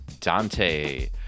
Dante